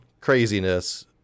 craziness